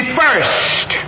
first